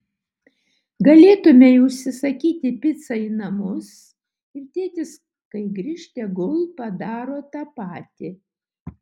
galėtumei užsisakyti picą į namus ir tėtis kai grįš tegul padaro tą patį